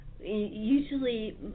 usually